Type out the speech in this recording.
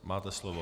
Máte slovo.